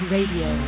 Radio